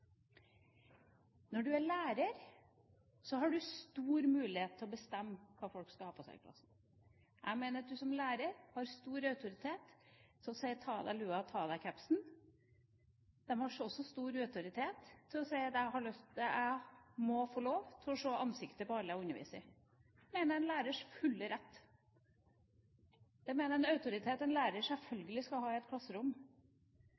Når du er lærer, har du stor mulighet til å bestemme hva folk skal ha på seg i klasserommet. Jeg mener at du som lærer har stor autoritet til å si: Ta av deg lua, og ta av deg capsen. De har også stor autoritet til å si at jeg må få lov til å se ansiktet på alle jeg underviser. Jeg mener det er en lærers fulle rett. Det mener jeg er en autoritet en lærer